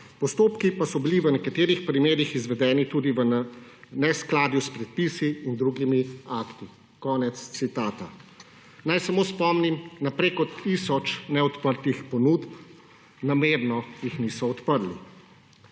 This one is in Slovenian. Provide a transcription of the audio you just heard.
postopki pa so bili v nekaterih primerih izvedeni tudi v neskladju s predpisi in drugimi akti«. Konec citata. Naj samo spomnim na preko tisoč neodprtih ponudb, namerno jih niso odprli.